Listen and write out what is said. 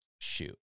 shoot